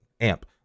amp